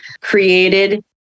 created